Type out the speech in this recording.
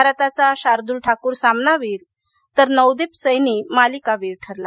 भारताचा शार्दुल ठाकूर सामनावीर तर नवदीप सप्ती मालिकावीर ठरला